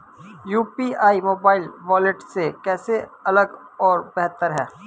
UPI mobile wallet से कैसे अलग और बेहतर है?